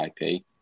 IP